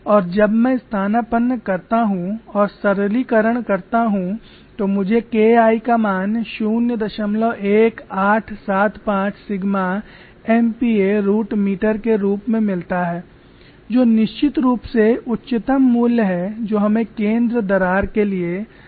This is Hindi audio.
और जब मैं स्थानापन्न करता हूं और सरलीकरण करता हूं तो मुझे KI का मान 01875 सिग्मा MPa रूट मीटर के रूप में मिलता है जो निश्चित रूप से उच्चतम मूल्य है जो हमें केंद्र दरार के लिए मिला है